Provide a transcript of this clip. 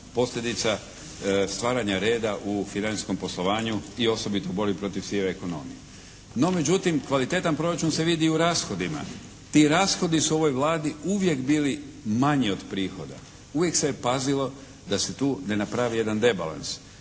posljedica stvaranja reda u financijskom poslovanju i osobito borbi protiv sive ekonomije. No međutim, kvalitetan proračun se vidi i u rashodima. Ti rashodi su u ovoj Vladi uvijek bili manji od prihoda, uvijek se pazilo da se tu ne napravi jedan debalans.